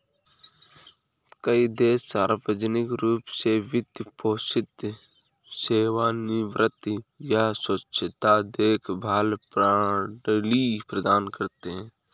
कई देश सार्वजनिक रूप से वित्त पोषित सेवानिवृत्ति या स्वास्थ्य देखभाल प्रणाली प्रदान करते है